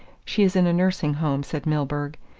she is in a nursing home, said milburgh,